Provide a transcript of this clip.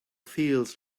feels